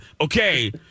Okay